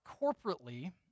corporately